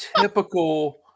typical